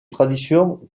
traditions